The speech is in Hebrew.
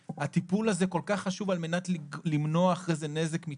הטיפול הזה כל כך חשוב על מנת למנוע נזק מתמשך.